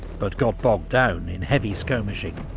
but got bogged down in heavy skirmishing.